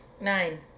nine